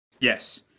Yes